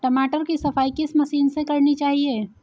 टमाटर की सफाई किस मशीन से करनी चाहिए?